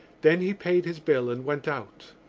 then he paid his bill and went out.